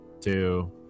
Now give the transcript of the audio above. two